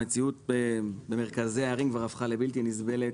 המציאות במרכזי הערים כבר הפכה לבלתי נסבלת.